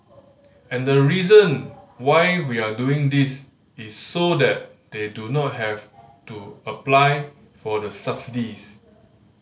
and the reason why we are doing this is so that they do not have to apply for the subsidies